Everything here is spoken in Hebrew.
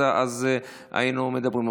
אז היינו מדברים,